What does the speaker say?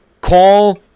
Call